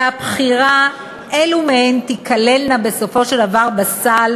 והבחירה אילו מהן תיכללנה בסופו של דבר בסל